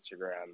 Instagram